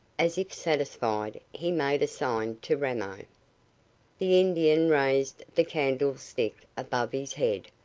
as if satisfied, he made a sign to ramo. the indian raised the candlestick above his head,